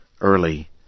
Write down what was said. early